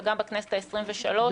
וגם בכנסת העשרים-ושלוש.